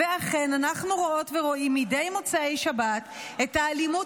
אנחנו רואות ורואים מדי מוצאי שבת את האלימות